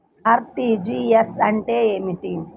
RTGS అంటే ఏమిటి?